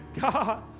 God